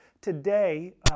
today